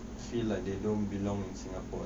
feel like they don't belong in singapore